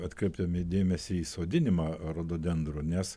atkreipdami dėmesį į sodinimą rododendrų nes